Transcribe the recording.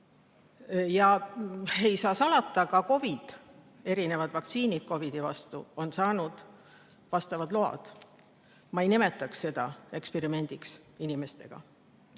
Ei saa salata, ka vaktsiinid COVID-i vastu on saanud vastavad load. Ma ei nimetaks seda eksperimendiks inimestega.